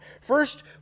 First